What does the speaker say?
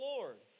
Lord